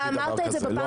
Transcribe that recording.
ממש לא אמרתי דבר